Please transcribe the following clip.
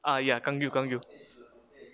uh ya kang yew kang yew